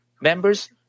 members